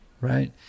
right